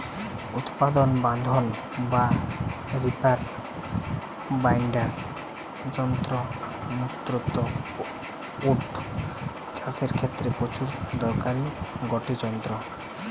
উৎপাটন বাঁধন বা রিপার বাইন্ডার যন্ত্র মূলতঃ ওট চাষের ক্ষেত্রে প্রচুর দরকারি গটে যন্ত্র